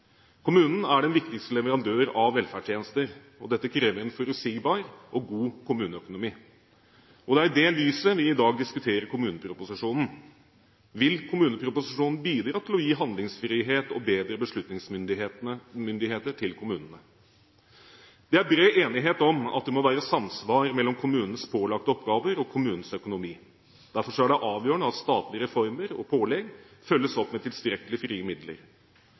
Kommunen er den viktigste leverandøren av velferdstjenester, og det krever en forutsigbar og god kommuneøkonomi. Det er i dette lyset vi i dag diskuterer kommuneproposisjonen. Vil kommuneproposisjonen bidra til å gi handlingsfrihet og bedre beslutningsmyndighet til kommunene? Det er bred enighet om at det må være samsvar mellom kommunens pålagte oppgaver og kommunens økonomi. Derfor er det avgjørende at statlige reformer og pålegg følges opp med tilstrekkelige frie midler.